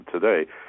today